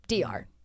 Dr